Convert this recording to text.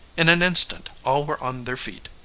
in an instant all were on their feet.